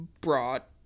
brought